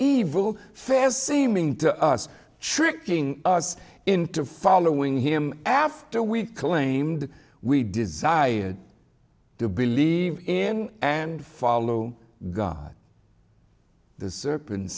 evil fast seeming to us tricking us into following him after we claimed we desire to believe in and follow god the s